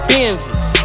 Benzes